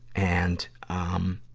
and, um,